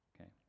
okay